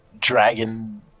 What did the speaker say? dragon